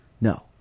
No